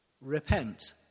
repent